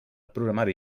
programari